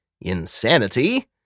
insanity